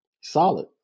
solid